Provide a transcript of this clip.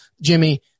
Jimmy